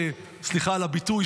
סליחה על הביטוי,